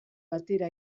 batera